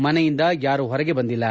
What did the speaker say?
ಮನೆಯಿಂದ ಯಾರೂ ಹೊರಗೆ ಬಂದಿಲ್ಲ